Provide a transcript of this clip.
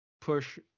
push